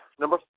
Number